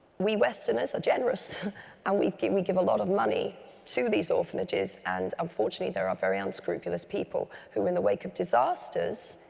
we westerners are generous and we can we give a lot of money to these orphanages. and unfortunately there are very unscrupulous people who, in the wake of disasters,